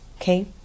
okay